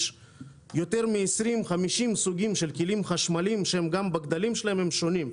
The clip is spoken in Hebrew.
יש יותר מ-50 סוגים של כלים חשמליים שגם בגדלים שלהם הם שונים,